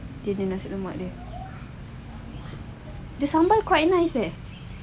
untuk nasi lemak the sambal quite nice leh